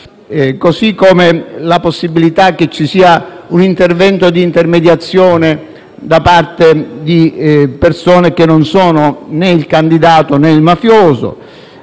così come la possibilità che vi sia un intervento di intermediazione da parte di persone che non sono né il candidato, né il mafioso.